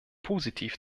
positiv